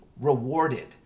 rewarded